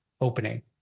opening